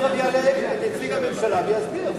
תיכף יעלה נציג הממשלה ויסביר.